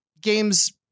games